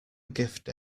gift